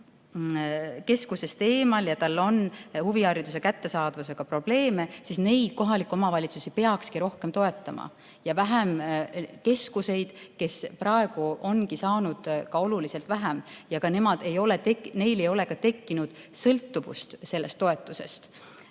keskusest eemal ja neil on huvihariduse kättesaadavusega probleeme, siis niisuguseid kohalikke omavalitsusi peakski rohkem toetama ja keskuseid vähem. Keskused praegu ongi saanud oluliselt vähem ja neil ei ole ka tekkinud sõltuvust sellest toetusest.